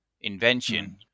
invention